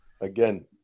Again